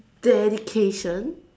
dedication